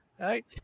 right